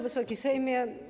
Wysoki Sejmie!